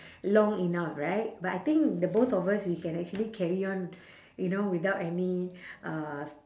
long enough right but I think the both of us we can actually carry on you know without any uh